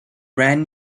brand